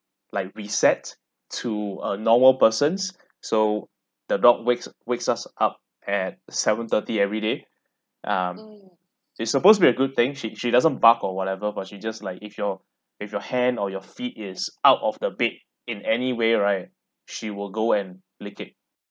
like reset to a normal persons so the dog wakes wakes us up at seven thirty everyday um it's supposed to be a good thing she she doesn't bark or whatever but she just like if your if your hand or your feet is out of the bed in any way right she will go and lick it